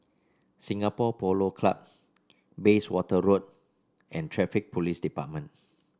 Singapore Polo Club Bayswater Road and Traffic Police Department